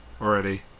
already